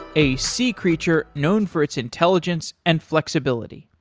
a sea creature known for its intelligence and flexibility.